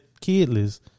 kidless